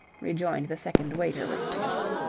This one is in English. rejoined the second waiter with spirit.